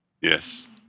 Yes